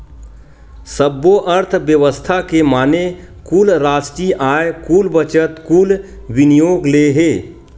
सब्बो अर्थबेवस्था के माने कुल रास्टीय आय, कुल बचत, कुल विनियोग ले हे